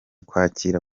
kwakira